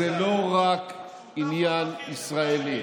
זה לא רק עניין ישראלי.